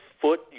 foot